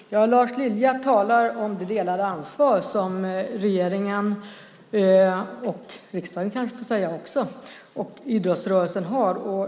Fru talman! Lars Lilja talar om det delade ansvar som regeringen och idrottsrörelsen - och riksdagen, kanske man får säga - har.